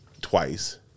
twice